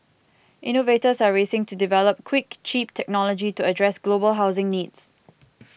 innovators are racing to develop quick cheap technology to address global housing needs